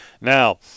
Now